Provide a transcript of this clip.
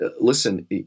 Listen